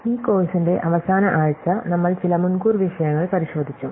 ഈ കോഴ്സിന്റെ അവസാന ആഴ്ച നമ്മൾ ചില മുൻകൂർ വിഷയങ്ങൾ പരിശോധിച്ചു